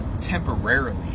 temporarily